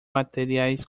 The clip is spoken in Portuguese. materiais